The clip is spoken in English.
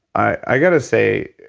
i got to say,